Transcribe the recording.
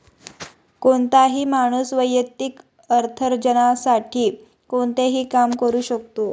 कोणताही माणूस वैयक्तिक अर्थार्जनासाठी कोणतेही काम करू शकतो